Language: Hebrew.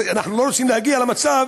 אנחנו לא רוצים להגיע למצב